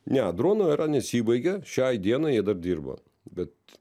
ne drono era nesibaigė šiai dienai jie dar dirba bet